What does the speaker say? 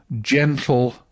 gentle